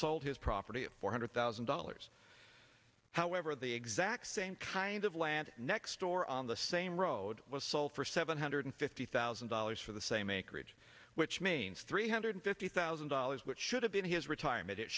sold his property four hundred thousand dollars however the exact same kind of land next door on the same road was sold for seven hundred fifty thousand dollars for the same acreage which means three hundred fifty thousand dollars which should have been his retirement it